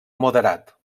moderat